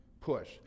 push